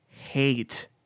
hate